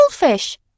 goldfish